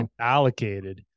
allocated